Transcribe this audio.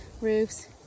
roofs